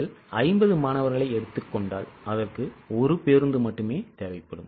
நீங்கள் 50 மாணவர்களை எடுத்துக் கொண்டால் அதற்கு ஒரு பேருந்து மட்டுமே தேவைப்படும்